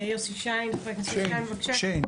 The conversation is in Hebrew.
חבר הכנסת, יוסי שיין, בבקשה.